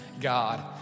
God